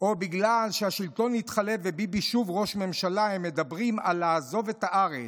או בגלל שהשלטון התחלף וביבי שוב ראש ממשלה הם מדברים על לעזוב את הארץ.